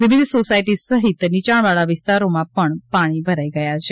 વિવિધ સોસાયટી સહિત નીચાણવાળા વિસ્તારોમાં પાણી ભરાયા છે